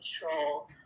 control